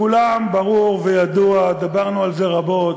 לכולם ברור וידוע, דיברנו על זה רבות,